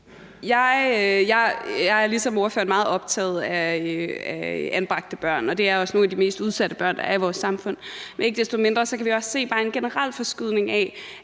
Jeg er ligesom ordføreren meget optaget af anbragte børn, og det er også nogle af de mest udsatte børn, der er i vores samfund. Ikke desto mindre kan vi også se, at børn